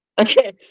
Okay